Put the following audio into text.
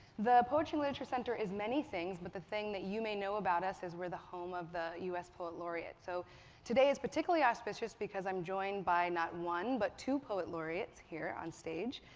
the poetry and literary center is many things, but the thing that you may know about us is we're the home of the u s. poet laureate. so today is particularly auspicious because i'm joined by not one, but two poet laureates here on stage,